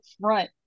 front